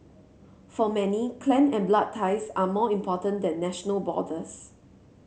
for many clan and blood ties are more important than national borders